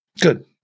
Good